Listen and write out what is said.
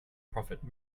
profit